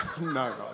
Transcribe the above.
No